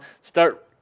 Start